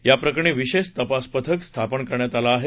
याप्रकरणी विशेष तपास पथक स्थापन करण्यात आलं आहे